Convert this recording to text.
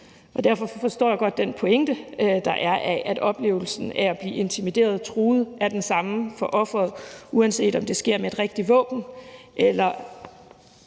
Derfor forstår jeg godt den pointe med, at oplevelsen af at blive intimideret og truet er den samme for offeret, uanset om det sker med et rigtigt våben eller